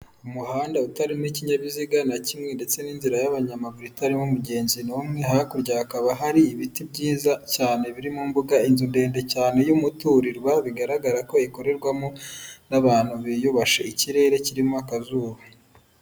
Umuhanda utarimo ikinkinyabiziga na kimwe ndetse n'inzira y'abanyamaguru itarimo umugenzi n'umwe, hakurya hakaba hari ibiti byiza cyane biri mu mbuga, inzu ndende cyane y'umuturirwa bigaragara ko ikorerwamo n'abantu biyubashye, ikirere kirimo akazuba.